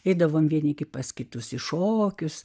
eidavome vieni pas kitus į šokius